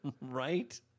Right